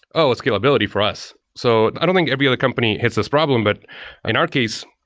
oh! scalability for us. so i don't think every other company hits this problem, but in our case,